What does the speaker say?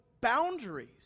boundaries